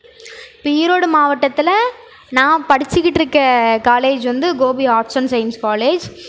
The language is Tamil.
இப்போ ஈரோடு மாவட்டத்தில் நான் படிச்சுகிட்ருக்க காலேஜ் வந்து Gobi arts and science college